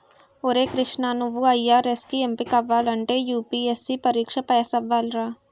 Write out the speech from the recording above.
ఒరే కృష్ణా నువ్వు ఐ.ఆర్.ఎస్ కి ఎంపికవ్వాలంటే యూ.పి.ఎస్.సి పరీక్ష పేసవ్వాలిరా